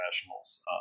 professionals